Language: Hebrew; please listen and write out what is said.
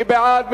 מי בעד?